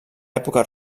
època